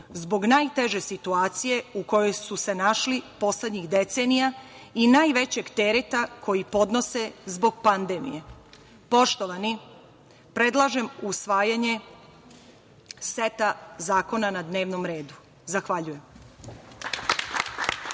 zbog najteže situacije u kojoj su se našli poslednjih decenija i najvećeg tereta koji podnose zbog pandemije. Poštovani, predlažem usvajanje seta zakona na dnevnom redu. Zahvaljujem.